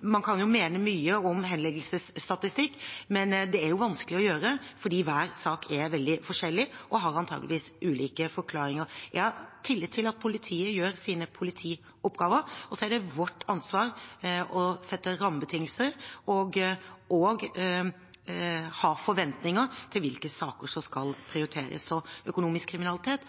Man kan mene mye om henleggelsesstatistikken, men det er vanskelig å gjøre fordi hver sak er veldig forskjellig, og det er antakeligvis ulike forklaringer. Jeg har tillit til at politiet gjør sine politioppgaver, og så er det vårt ansvar å sette rammebetingelser og ha forventninger til hvilke saker som skal prioriteres. Så økonomisk kriminalitet